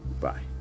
Bye